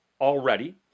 already